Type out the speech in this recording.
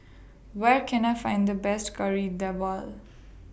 Where Can I Find The Best Kari Debal